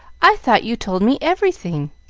i thought you told me everything.